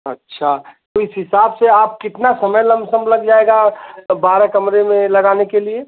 अच्छा तो इस हिसाब से आप कितना समय लमसम लग जाएगा बारह कमरे में लगाने के लिए